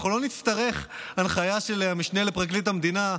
אנחנו לא נצטרך הנחיה של המשנה לפרקליט המדינה,